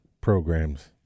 programs